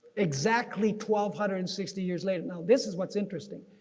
exactly twelve hundred and sixty years later. now this is what's interesting.